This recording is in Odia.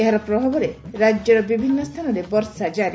ପ୍ରଭାବରେ ରାଜ୍ୟର ବିଭିନ୍ନ ସ୍ଥାନରେ ବର୍ଷା ଜାରି